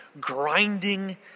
grinding